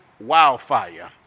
wildfire